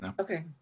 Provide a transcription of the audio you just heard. Okay